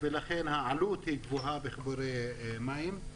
לכן העלות בחיבורי המים היא גבוהה.